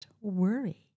worry